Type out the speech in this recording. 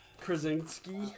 Krasinski